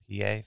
PA